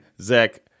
Zach